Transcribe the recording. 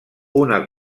una